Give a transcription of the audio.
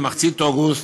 במחצית אוגוסט,